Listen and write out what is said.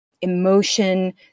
emotion